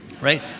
right